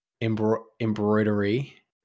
embroidery